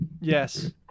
Yes